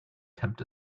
tempt